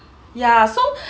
ya so